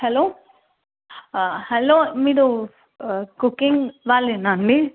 hello hello మీరు cooking వాళ్ళా అండి